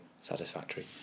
satisfactory